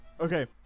Okay